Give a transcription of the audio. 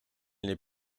n’est